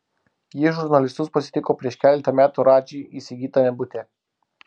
ji žurnalistus pasitiko prieš keletą metų radži įsigytame bute